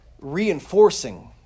reinforcing